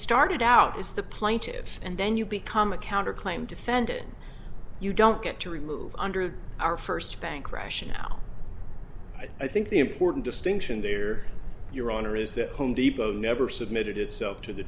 started out as the plaintive and then you become a counter claim defendant you don't get to remove under our first bank rationale i think the important distinction there your honor is that home depot never submitted itself to the